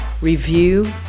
review